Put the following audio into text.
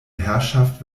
herrschaft